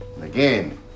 again